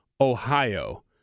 Ohio